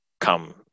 come